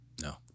No